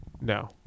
No